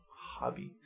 hobby